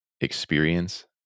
experience